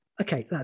okay